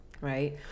right